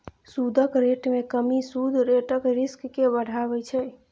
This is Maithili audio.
सुदक रेट मे कमी सुद रेटक रिस्क केँ बढ़ाबै छै